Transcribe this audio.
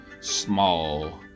small